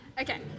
Okay